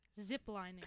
ziplining